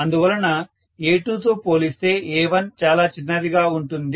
అందువలన A2తో పోలిస్తే A1 చాలా చిన్నదిగా ఉంటుంది